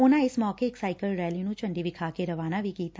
ਉਨੂਾ ਇਸ ਮੌਕੇ ਇਕ ਸਾਈਕਲ ਰੈਲੀ ਨੂੰ ਝੰਡੀ ਵਿਖਾ ਕੇ ਰਵਾਨਾ ਵੀ ਕੀਤਾ